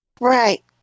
right